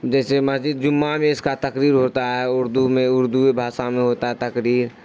جیسے مسجد جمعہ میں اس کا تقریر ہوتا ہے اردو میں اردو بھاشا میں ہوتا ہے تقریر